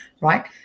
right